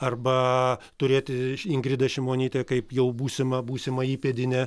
arba turėti ingridą šimonytę kaip jau būsimą būsimą įpėdinę